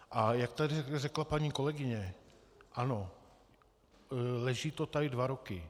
A jak tady řekla paní kolegyně, ano, leží to tady dva roky.